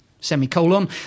semicolon